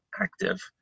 active